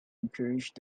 encouraged